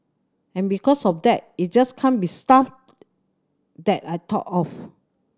and because of that it just can't be stuff that I thought of